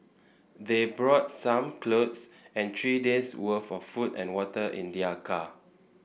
they brought some clothes and three days'worth of food and water in their car